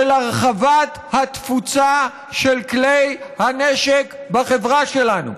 הרחבת התפוצה של כלי הנשק בחברה שלנו.